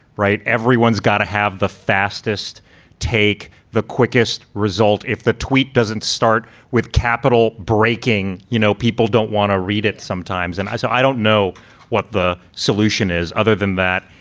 right. everyone's got to have the fastest take the quickest result if the tweet doesn't start with capital breaking. you know, people don't want to read it sometimes. and so i don't know what the solution is other than that.